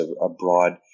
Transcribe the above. abroad